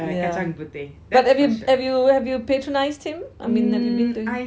yeah bu~ have you have you patronise him I mean do~